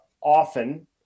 often